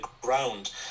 ground